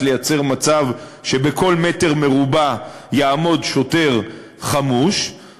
לייצר מצב שבכל מטר מרובע יעמוד שוטר חמוש,